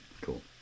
cool